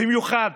במיוחד